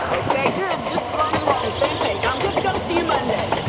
okay, good! just as long as we're on the same page. i'm good to go. see you monday.